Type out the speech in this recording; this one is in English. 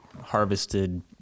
harvested